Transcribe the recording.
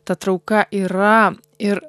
ta trauka yra ir